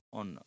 on